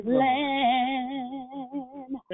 land